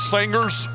Singers